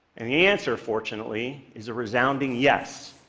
and the answer, fortunately, is a resounding yes.